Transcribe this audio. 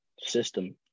system